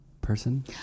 person